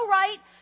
right